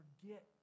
forget